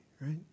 right